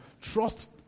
Trust